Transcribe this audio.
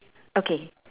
okay